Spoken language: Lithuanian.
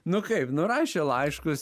nu kaip nu rašė laiškus